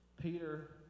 Peter